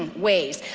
waze.